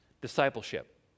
discipleship